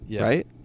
right